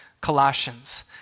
Colossians